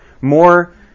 More